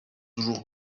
دروغ